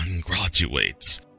graduates